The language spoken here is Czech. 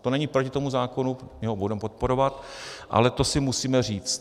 To není proti tomu zákonu, my ho budeme podporovat, ale to si musíme říct.